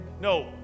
No